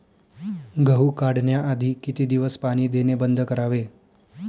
गहू काढण्याआधी किती दिवस पाणी देणे बंद करावे?